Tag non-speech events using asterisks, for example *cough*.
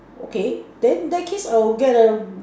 okay then that case I'll get a *noise*